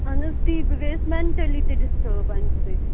اہن حَظ تی بہٕ گٔیس مینٹلی تہِ ڈِسٹرب امہِ سۭتۍ